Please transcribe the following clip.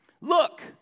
Look